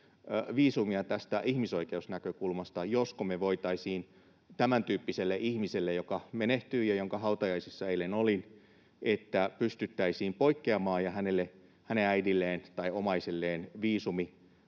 viisumia tästä ihmisoikeusnäkökulmasta, josko me voitaisiin tämäntyyppiselle ihmiselle, joka menehtyi ja jonka hautajaisissa eilen olin — pystyttäisiin poikkeamaan ja hänen äidilleen tai omaiselleen viisumi